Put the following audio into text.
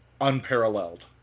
unparalleled